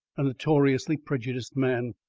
a notoriously prejudiced man.